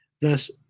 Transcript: Thus